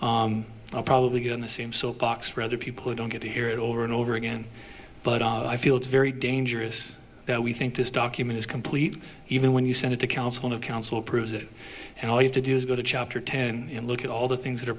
considering i'll probably get on the same soapbox for other people who don't get to hear it over and over again but i feel it's very dangerous that we think this document is complete even when you send it to council of council approves it and all you to do is go to chapter ten and look at all the things that are